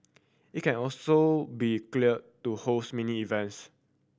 it can also be cleared to host mini events